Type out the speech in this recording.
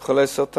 אצל חולי סרטן.